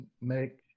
make